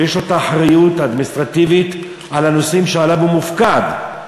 ויש לו את האחריות האדמיניסטרטיבית על הנושאים שעליהם הוא מופקד.